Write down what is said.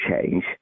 change